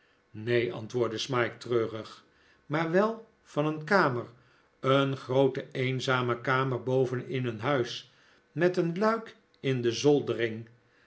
neen antwoordde smike treurig maar wel van een kamer een groote eenzame kamer boven in een huis met een luik in de